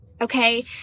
Okay